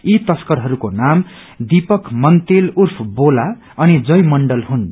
यी तस्करहरूको नादिपक मनतेल उर्फ बोला अनि जय मण्डल हुन्